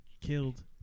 killed